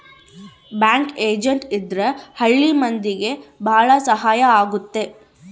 bank agent ಇದ್ರ ಹಳ್ಳಿ ಮಂದಿಗೆ ಭಾಳ ಸಹಾಯ ಆಗುತ್ತೆ